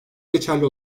geçerli